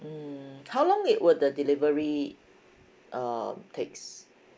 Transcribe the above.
um how long it will the delivery uh takes